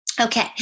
Okay